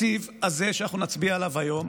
בתקציב הזה שאנחנו נצביע עליו היום